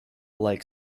like